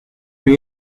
you